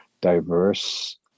diverse